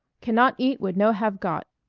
cannot eat what no have got.